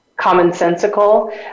commonsensical